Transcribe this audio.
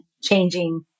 changing